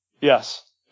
Yes